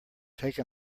take